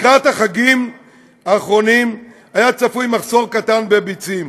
לקראת החגים האחרונים היה צפוי מחסור קטן בביצים.